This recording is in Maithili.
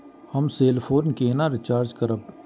हम सेल फोन केना रिचार्ज करब?